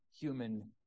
human